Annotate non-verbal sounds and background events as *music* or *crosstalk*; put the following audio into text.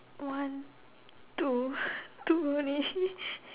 one two *laughs* two only *laughs*